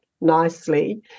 nicely